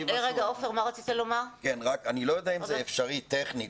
אני לא יודע אם אפשרי טכנית,